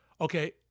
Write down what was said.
okay